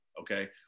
okay